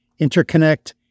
interconnect